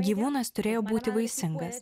gyvūnas turėjo būti vaisingas